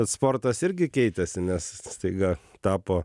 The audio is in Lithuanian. bet sportas irgi keitėsi nes staiga tapo